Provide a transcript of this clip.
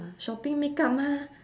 shopping makeup mah